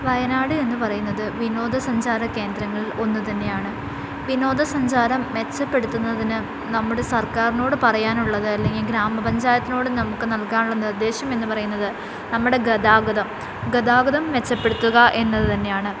വയനാട് എന്നു പറയുന്നത് വിനോദസഞ്ചാര കേന്ദ്രങ്ങളിൽ ഒന്നു തന്നെയാണ് വിനോദസഞ്ചാരം മെച്ചപ്പെടുത്തുന്നതിനു നമ്മുടെ സർക്കാരിനോടു പറയാനുള്ളത് അല്ലെങ്കിൽ ഗ്രാമപഞ്ചായത്തിനോടു നമുക്ക് നൽകാനുള്ള നിർദ്ദേശം എന്നു പറയുന്നത് നമ്മുടെ ഗതാഗതം ഗതാഗതം മെച്ചപ്പെടുത്തുക എന്നതു തന്നെയാണ്